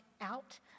out